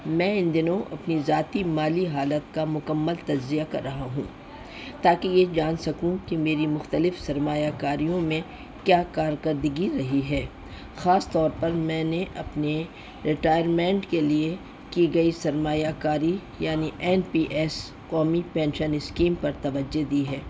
میں ان دنوں اپنی ذاتی مالی حالت کا مکمل تجزیہ کر رہا ہوں تاکہ یہ جان سکوں کہ میری مختلف سرمایہ کاریوں میں کیا کارکردگی رہی ہے خاص طور پر میں نے اپنے ریٹائرمنٹ کے لیے کی گئی سرمایہ کاری یعنی این پی ایس قومی پینشن اسکیم پر توجہ دی ہے